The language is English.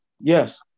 Yes